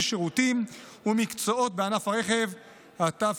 שירותים ומקצועות בענף הרכב (תיקון מס׳ 11),